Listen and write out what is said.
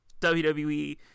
WWE